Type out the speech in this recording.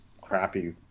crappy